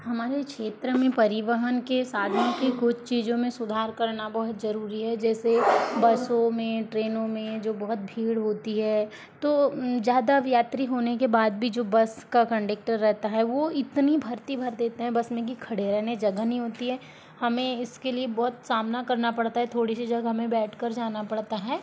हमारे क्षेत्र में परिवहन के साधन के कुछ चीज़ों में सुधार करना बहुत ज़रूरी है जैसे बसों में ट्रैनों में जो बहुत भीड़ होती है तो ज़्यादा यात्री होने के बाद भी जो बस का कंडेक्टर रहता है वो इतनी भर्ती भर देता है बस में की खड़े रहने जगह नहीं होती है हमें इसके लिए बहुत सामना करना पड़ता है थोड़ी सी जगह में बैठकर जाना पड़ता है